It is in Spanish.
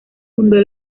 fundó